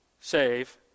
save